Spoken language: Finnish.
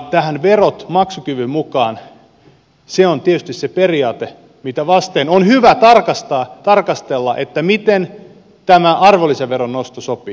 tämä verot maksukyvyn mukaan on tietysti se periaate mitä vasten on hyvä tarkastella sitä miten tämä arvonlisäveron nosto sopii tähän